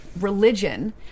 religion